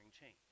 change